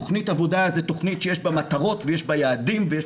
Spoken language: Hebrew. תוכנית עבודה זה תוכנית שיש בה מטרות ויעדים ויש